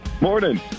Morning